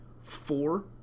Four